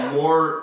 more